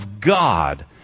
God